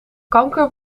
kanker